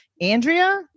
Andrea